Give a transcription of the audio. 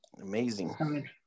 Amazing